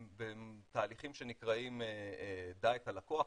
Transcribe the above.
בתהליכים שנקראים 'דע את הלקוח',